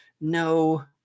no